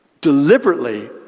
deliberately